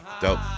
dope